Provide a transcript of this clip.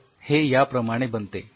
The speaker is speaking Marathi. तर हे असे याप्रमाणे बनते